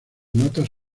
notas